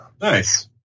Nice